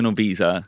visa